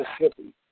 Mississippi